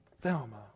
Thelma